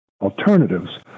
alternatives